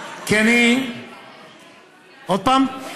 עוד פעם?